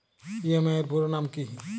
EMI এর পুরোনাম কী?